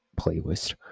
playlist